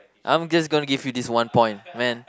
I'm just going to give you this one point man